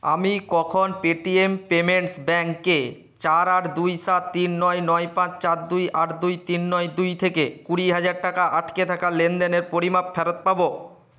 আমি কখন Paytm payments ব্যাঙ্কে চার আট দুই সাত তিন নয় নয় পাঁচ চার দুই আট দুই তিন নয় দুই থেকে কুড়ি হাজার টাকা আটকে থাকা লেনদেনের পরিমাপ ফেরত পাব